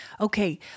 Okay